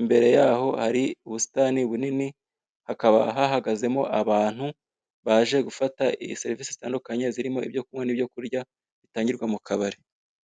Imbere yaho hari ubusitani bunini hakaba hahagazemo abantu, baje gufata serivisi zitandukanye zirimo: ibyo kunywa n' ibyo kurya bitangirwa mu kabari.